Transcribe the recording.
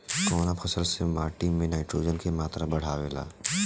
कवना फसल से माटी में नाइट्रोजन के मात्रा बढ़ावल जाला?